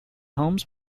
homes